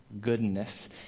goodness